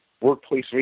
workplace